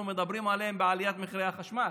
מדברים עליהם בעליית מחירי החשמל,